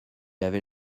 avait